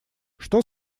что